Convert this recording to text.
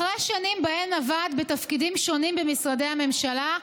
אחרי שנים שבהן עבד בתפקידים שונים במשרדי הממשלה,